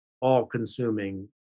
all-consuming